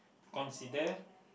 consider